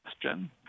question